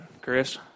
Chris